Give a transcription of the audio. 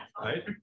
right